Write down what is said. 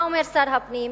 מה אומר שר הפנים?